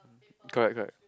correct correct